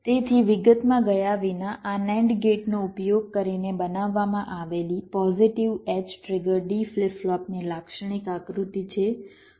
તેથી વિગતમાં ગયા વિના આ NAND ગેટનો ઉપયોગ કરીને બનાવવામાં આવેલી positive edge trigger D flip ફ્લોપની લાક્ષણિક આકૃતિ છે